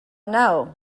know